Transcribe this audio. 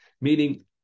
Meaning